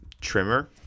trimmer